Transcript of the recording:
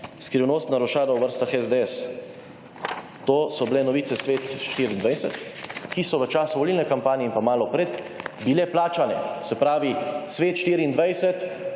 Skrivnost / nerazumljivo/ v vrstah SDS. To so bile novice Svet24, ki so v času volilne kampanje in pa malo pred, bile plačane. Se pravi, Svet24,